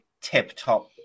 tip-top